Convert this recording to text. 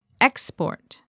export